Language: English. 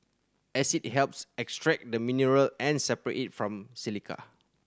acid helps extract the mineral and separate it from silica